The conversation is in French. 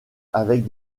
avec